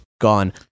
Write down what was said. gone